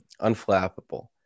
unflappable